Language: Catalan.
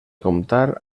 comptar